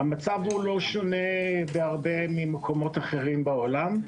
המצב הוא לא שונה בהרבה ממקומות אחרים בעולם.